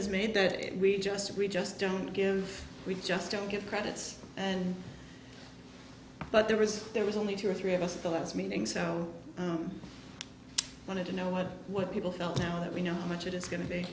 is made that we just we just don't give we just don't get credits and but there was there was only two or three of us the last meeting so i wanted to know what what people felt now that we know how much it is go